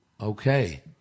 okay